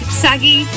saggy